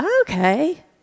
okay